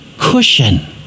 cushion